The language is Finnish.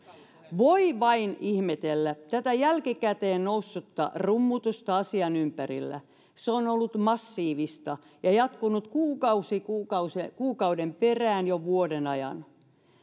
voi vain ihmetellä tätä jälkikäteen noussutta rummutusta asian ympärillä se on ollut massiivista ja jatkunut kuukausi kuukausi kuukauden perään jo vuoden ajan